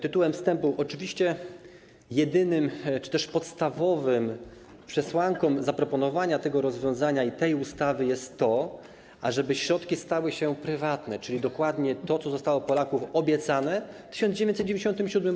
Tytułem wstępu, oczywiście jedyną czy też podstawową przesłanką zaproponowania tego rozwiązania i tej ustawy jest to, ażeby środki stały się prywatne, czyli dokładnie to jest to, co zostało Polakom obiecane w 1997 r.